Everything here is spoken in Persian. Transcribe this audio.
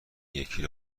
یکی